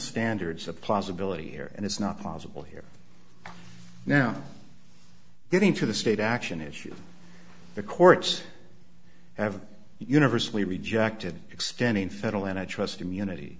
standards of possibility here and it's not possible here now getting to the state action issue the courts have universally rejected extending federal antitrust immunity